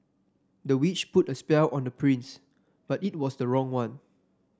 the witch put a spell on the prince but it was the wrong one